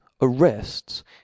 arrests